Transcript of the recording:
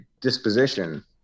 disposition